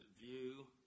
view